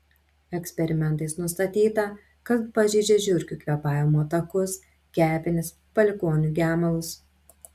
eksperimentais nustatyta kad pažeidžia žiurkių kvėpavimo takus kepenis palikuonių gemalus